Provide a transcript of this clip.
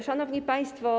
Szanowni Państwo!